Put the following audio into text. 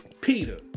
Peter